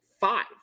five